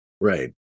Right